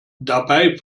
dabei